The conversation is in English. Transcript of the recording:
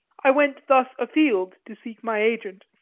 i went thus afield to seek my agent,